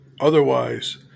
otherwise